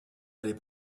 allait